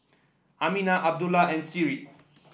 Aminah Abdullah and Seri